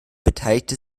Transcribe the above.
beteiligte